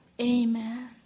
Amen